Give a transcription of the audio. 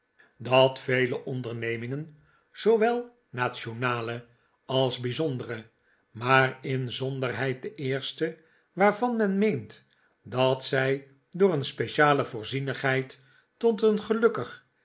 dat vele onmaarten chuzzlewit dernemingen zoowel nationale als bijzondere maar inzonderheid de eerste waarvan men meent dat zij door een speciale voorzienigheid tot een gelukkig